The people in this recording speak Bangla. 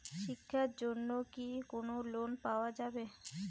শিক্ষার জন্যে কি কোনো লোন পাওয়া যাবে?